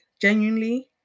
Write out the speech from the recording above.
genuinely